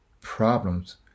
problems